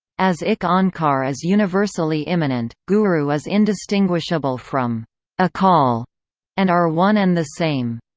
as ik onkar is universally immanent, guru is indistinguishable from akal and are one and the same.